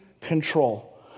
control